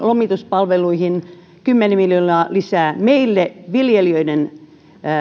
lomituspalveluihin kymmenen miljoonaa lisää meille viljelijöiden